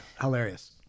Hilarious